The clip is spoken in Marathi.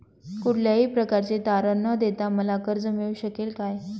कुठल्याही प्रकारचे तारण न देता मला कर्ज मिळू शकेल काय?